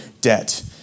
debt